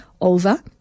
over